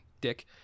dick